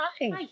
hi